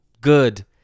good